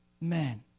men